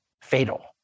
fatal